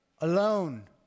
alone